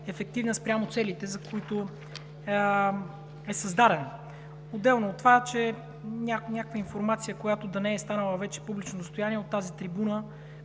ефективна спрямо целите, за които е създадена. Отделно от това някаква информация, която да е била секретна, да е станала публично достояние от тази трибуна,